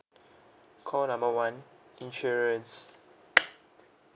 call number one insurance